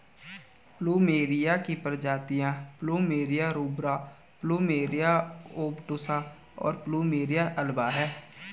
plumeria की प्रजातियाँ plumeria rubra, plumeria obtusa, और प्लुमेरिया अल्बा हैं